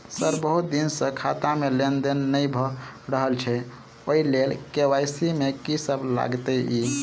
Sir बहुत दिन सऽ खाता मे लेनदेन नै भऽ रहल छैय ओई लेल के.वाई.सी मे की सब लागति ई?